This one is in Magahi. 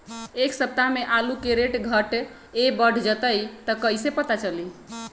एक सप्ताह मे आलू के रेट घट ये बढ़ जतई त कईसे पता चली?